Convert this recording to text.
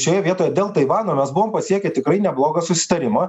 šioje vietoje dėl taivano mes buvom pasiekę tikrai neblogą susitarimą